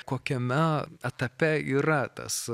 kokiame etape yra tas